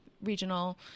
regional